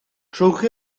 trowch